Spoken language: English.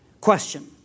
Question